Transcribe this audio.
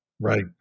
right